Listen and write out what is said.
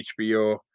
hbo